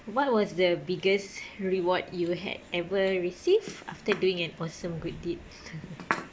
what was the biggest reward you had ever received after doing an awesome good deeds